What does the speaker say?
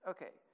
Okay